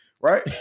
Right